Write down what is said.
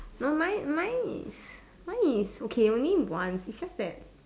no mine mine is mine is okay maybe once is just that